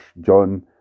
John